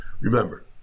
remember